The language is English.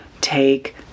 take